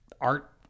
art